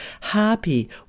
happy